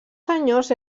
senyors